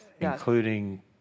including